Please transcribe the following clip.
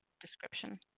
description